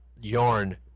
yarn